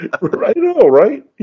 right